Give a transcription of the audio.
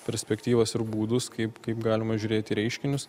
perspektyvas ir būdus kaip kaip galima žiūrėt į reiškinius